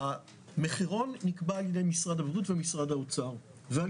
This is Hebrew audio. המחירון נקבע על ידי משרד הבריאות ומשרד האוצר ועל